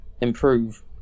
improve